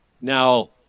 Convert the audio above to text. Now